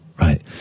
right